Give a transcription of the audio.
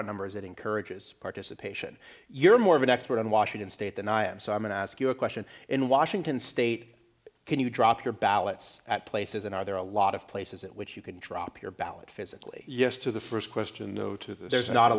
turnout numbers it encourages participation you're more of an expert on washington state than i am so i'm going to ask you a question in washington state can you drop your ballots at places and are there a lot of places at which you can drop your ballot physically yes to the first question no two there's not a